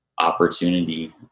opportunity